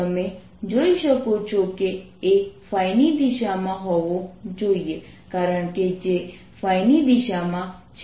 તમે જોઈ શકો છો કે A ની દિશામાં હોવો જોઈએ કારણ કે J ની દિશામાં છે